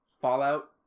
Fallout